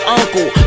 uncle